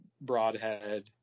broadhead